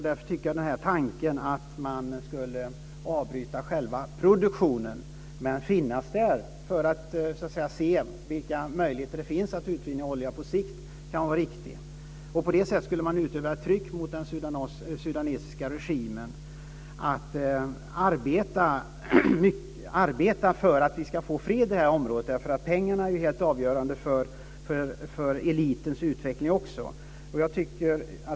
Därför tycker jag att tanken att man skulle avbryta själva produktionen men finnas där för att se vilka möjligheter som finns för att utvinna olja på sikt kan vara riktig. På det sättet skulle man utöva tryck mot den sudanesiske regimen att arbeta för att vi ska få fred i det här området. Pengarna är helt avgörande för elitens utveckling också.